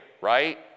right